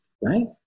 right